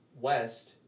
west